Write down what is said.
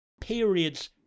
periods